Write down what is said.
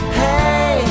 hey